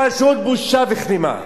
פשוט בושה וכלימה.